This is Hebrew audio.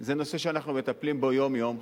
זה נושא שאנחנו מטפלים בו יום-יום,